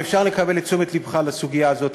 אם אפשר לקבל את תשומת לבך לסוגיה הזאת.